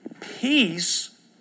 Peace